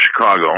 Chicago